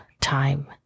time